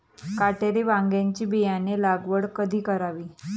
काटेरी वांग्याची बियाणे लागवड कधी करावी?